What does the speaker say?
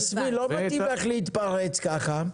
יסמין, לא מתאים לך להתפרץ ככה.